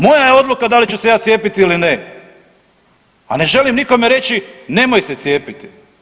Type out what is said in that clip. Moja je odluka da li ću se ja cijepiti ili ne, a ne želim nikome reći nemoj se cijepiti.